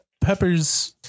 Peppers